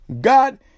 God